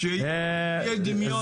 כשיהיה דמיון --- אין דמיון?